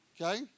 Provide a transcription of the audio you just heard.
okay